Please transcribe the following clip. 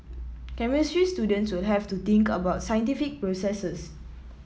chemistry students will have to think about scientific processes